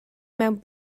mewn